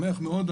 אני שמח מאוד.